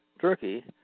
Turkey